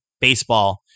baseball